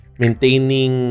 maintaining